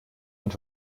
und